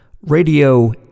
Radio